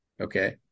Okay